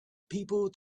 people